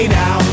now